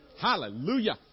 Hallelujah